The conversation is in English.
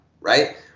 right